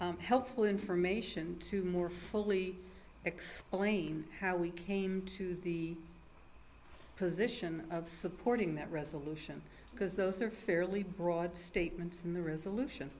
as helpful information to more fully explain how we came to the position of supporting that resolution because those are fairly broad statements in the resolution